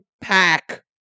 pack